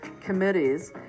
committees